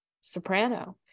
soprano